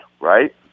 right